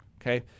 Okay